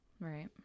right